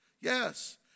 Yes